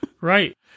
Right